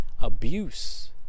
abuse